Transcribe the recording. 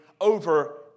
over